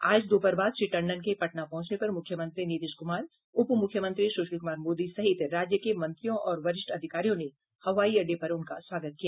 आज दोपहर बाद श्री टंडन के पटना पहुंचने पर मुख्यमंत्री नीतीश कुमार उप मुख्यमंत्री सुशील कुमार मोदी सहित राज्य के मंत्रियों और वरिष्ठ अधिकारियों ने हवाई अड्डे पर उनका स्वागत किया